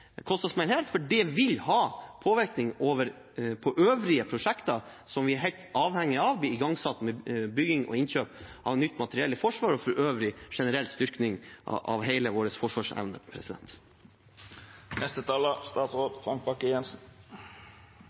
kostnadssmell her. For det vil ha påvirkning på øvrige prosjekter som vi er helt avhengige av blir igangsatt, med bygging og innkjøp av nytt materiell i Forsvaret og for øvrig en generell styrking av hele vår forsvarsevne.